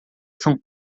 são